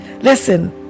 listen